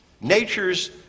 natures